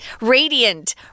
Radiant